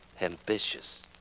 ambitious